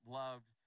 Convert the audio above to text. loved